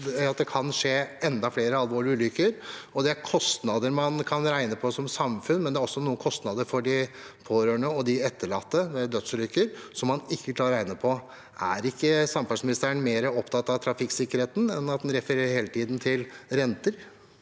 det kan skje enda flere alvorlige ulykker. Det er kostnader man kan regne på som samfunn, men det er også noen kostnader for de pårørende og de etterlatte ved dødsulykker som man ikke klarer å regne på. Er ikke samferdselsministeren mer opptatt av trafikksikkerheten enn av at en hele tiden refererer til renter?